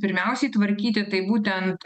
pirmiausiai tvarkyti tai būtent